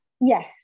Yes